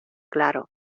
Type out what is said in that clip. claro